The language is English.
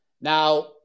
Now